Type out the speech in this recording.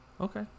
Okay